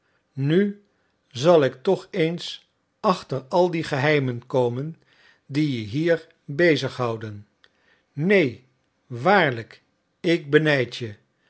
nu zal ik toch eens achter al die geheimen komen die je hier bezig houden neen waarlijk ik benijd je